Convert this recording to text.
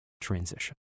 transition